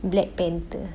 black panther